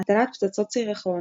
הטלת פצצות סירחון,